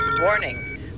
warning